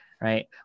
right